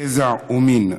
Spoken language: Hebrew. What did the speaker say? גזע ומין,